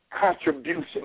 contribution